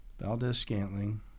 Valdez-Scantling